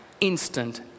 Instant